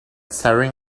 staring